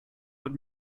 hat